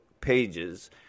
pages